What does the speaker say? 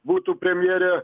būtų premjerė